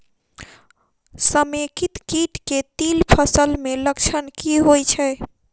समेकित कीट केँ तिल फसल मे लक्षण की होइ छै?